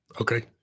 Okay